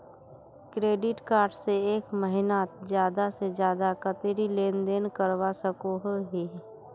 Credit card से एक महीनात ज्यादा से ज्यादा कतेरी लेन देन करवा सकोहो ही?